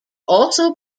also